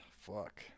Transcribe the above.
fuck